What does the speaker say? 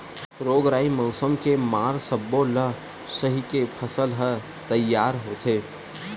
रोग राई, मउसम के मार सब्बो ल सहिके फसल ह तइयार होथे